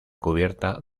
cubierta